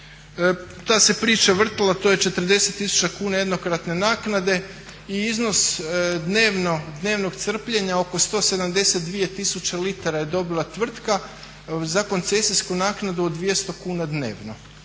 ta se priča vrtila, to je 40 tisuća kuna jednokratne naknade i iznos dnevnog crpljenja oko 172 litara je dobila tvrtka za koncesijsku naknadu od 200 kuna dnevno.